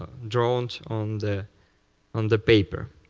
drawn on the on the paper.